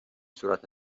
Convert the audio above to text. صورت